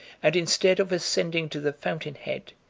and, instead of ascending to the fountain head,